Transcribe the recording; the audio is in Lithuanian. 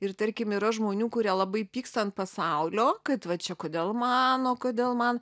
ir tarkim yra žmonių kurie labai pyksta ant pasaulio kad va čia kodėl man o kodėl man